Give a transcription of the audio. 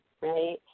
right